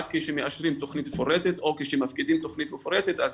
רק כשמאשרים תכנית מפורטת או כשמפקידים תכנית מפורטת אז